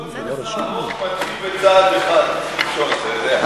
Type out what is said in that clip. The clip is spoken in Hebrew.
כל מסע ארוך מתחיל בצעד אחד, אתה יודע.